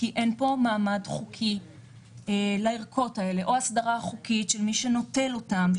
כי אין פה מעמד חוקי לערכות האלה או הסדרה חוקית של מי שנוטל אותן,